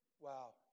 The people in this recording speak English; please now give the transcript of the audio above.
wow